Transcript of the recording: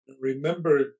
Remember